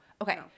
Okay